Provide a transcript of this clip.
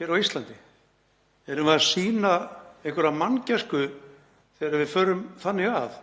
hér á Íslandi? Erum við að sýna einhverja manngæsku þegar við förum þannig að?